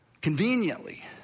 conveniently